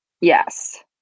yes